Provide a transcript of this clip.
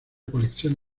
colección